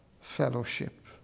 fellowship